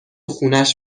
خونش